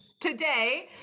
Today